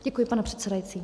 Děkuji, pane předsedající.